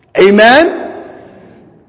Amen